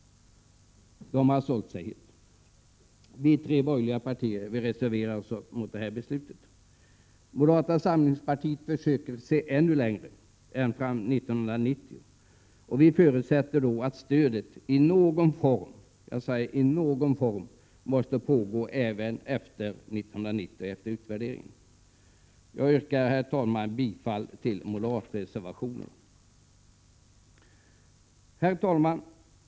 De har sålt sig helt. Vi tre borgerliga partier reserverar oss mot detta beslut. Moderata samlingspartiet försöker se längre än fram till 1990. Vi förutsätter att stödet i någon form — jag säger i någon form — måste utgå även efter utvärderingen 1990. Jag yrkar därför bifall till moderatreservationen. Herr talman!